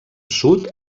sud